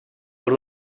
por